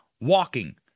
walking